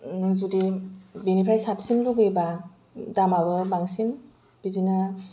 नों जुदि बेनिफ्राय साबसिन लुबैयोब्ला दामाबो बांसिन बिदिनो